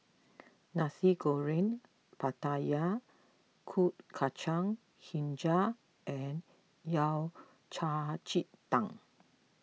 Nasi Goreng Pattaya Kuih Kacang HiJau and Yao Cai Ji Tang